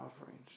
offerings